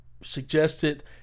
Suggested